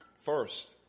First